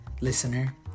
listener